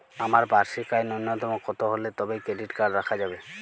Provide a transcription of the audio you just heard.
আমার বার্ষিক আয় ন্যুনতম কত হলে তবেই ক্রেডিট কার্ড রাখা যাবে?